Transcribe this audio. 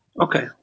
Okay